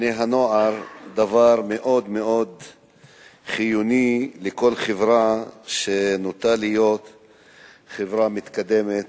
בני-הנוער דבר מאוד מאוד חיוני לכל חברה שנוטה להיות חברה מתקדמת.